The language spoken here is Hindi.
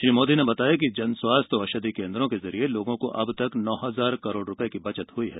श्री मोदी ने बताया कि जन औषधि केन्द्रों के जरिए लोगों को अब तक नौ हजार करोड़ रुपये की बचत हुई है